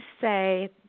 say